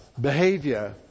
behavior